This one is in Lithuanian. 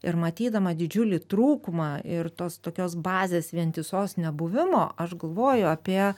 ir matydama didžiulį trūkumą ir tos tokios bazės vientisos nebuvimo aš galvoju apie